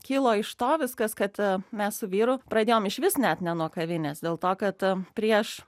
kilo iš to viskas kad mes su vyru pradėjom išvis net ne nuo kavinės dėl to kad prieš